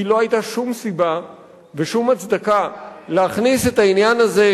כי לא היתה שום סיבה ושום הצדקה להכניס את העניין הזה,